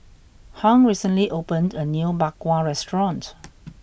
Hung recently opened a new Bak Kwa restaurant